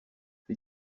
les